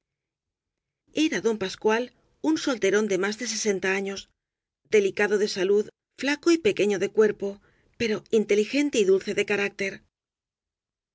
era don pascual un solterón de más de sesenta años delicado de salud flaco y pequeño de cuer po pero inteligente y dulce de carácter